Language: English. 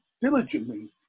diligently